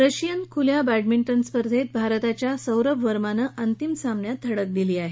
Russian खुल्या badminton स्पर्धेत भारताच्या सौरभ वर्मानं अंतिम सामन्यात धडक दिली आहे